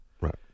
right